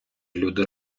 люди